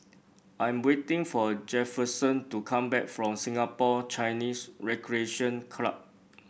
I am waiting for Jefferson to come back from Singapore Chinese Recreation Club